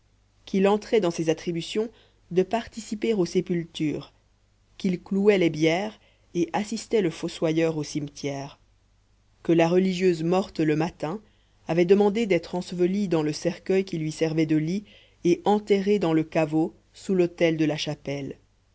qu'il entrait dans ses attributions de participer aux sépultures qu'il clouait les bières et assistait le fossoyeur au cimetière que la religieuse morte le matin avait demandé d'être ensevelie dans le cercueil qui lui servait de lit et enterrée dans le caveau sous l'autel de la chapelle